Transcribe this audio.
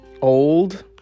old